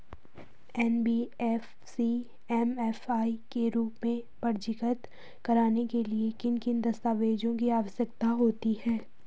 NBFC MFI के रूप में पंजीकृत कराने के लिए किन किन दस्तावेज़ों की आवश्यकता होती है?